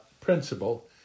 principle